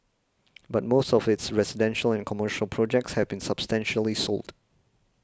but most of its residential and commercial projects have been substantially sold